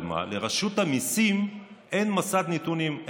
אבל מה, לרשות המיסים אין מסד נתונים.